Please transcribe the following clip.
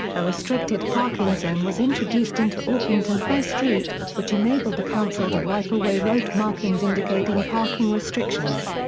a restricted parking zone was introduced into orpington high street, which enabled council to wipe away road markings indicating parking restrictions.